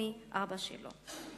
או מאבא שלו.